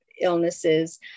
illnesses